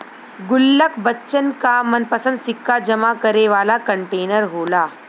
गुल्लक बच्चन क मनपंसद सिक्का जमा करे वाला कंटेनर होला